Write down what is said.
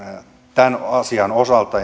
tämän asian osalta